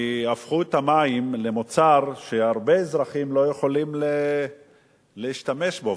כי הפכו את המים למוצר שהרבה אזרחים לא יכולים להשתמש בו,